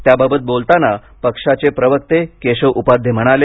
त्याबाबत बोलताना पक्षाचे प्रवक्ते केशव उपाध्ये म्हणाले